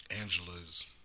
Angela's